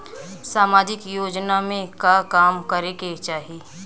सामाजिक योजना में का काम करे के चाही?